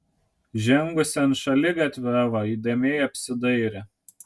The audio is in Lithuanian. žengusi ant šaligatvio eva įdėmiai apsidairė